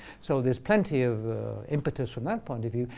so there's plenty of impetus from that point of view.